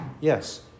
Yes